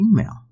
email